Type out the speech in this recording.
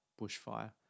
bushfire